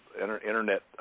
internet